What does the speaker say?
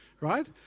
right